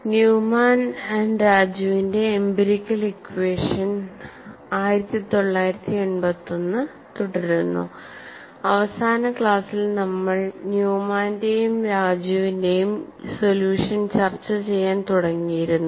Newman രാജുവിന്റെ empirical equation തുടരുന്നു അവസാന ക്ലാസ്സിൽ നമ്മൾ ന്യൂമാന്റെയും രാജുവിന്റെയും സൊല്യൂഷൻ ചർച്ചചെയ്യാൻ തുടങ്ങിയിരുന്നു